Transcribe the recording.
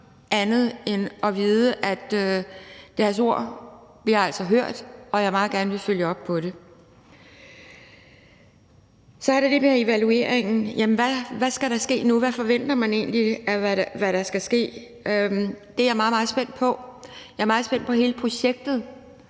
end at vide, at deres ord altså bliver hørt, og at jeg meget gerne vil følge op på det. Så er der det med evalueringen. Hvad skal der ske nu, hvad forventer man egentlig der skal ske? Det er jeg meget, meget spændt på. Jeg er meget spændt på hele projektet,